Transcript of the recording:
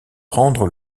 prendre